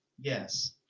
yes